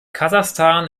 kasachstan